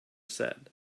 said